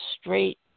straight